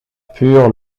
pur